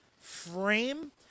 frame